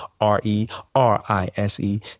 R-E-R-I-S-E